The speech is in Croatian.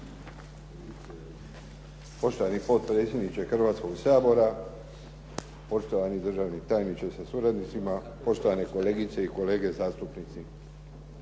Poštovani potpredsjedniče Hrvatskoga sabora, poštovani državni tajniče sa suradnicima, poštovane kolegice i kolege zastupnici.